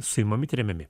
suimami tremiami